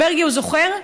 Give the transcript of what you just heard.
מרגי זוכר,